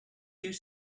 you